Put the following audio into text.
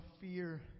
fear